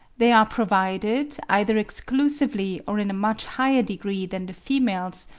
they are provided, either exclusively or in a much higher degree than the females,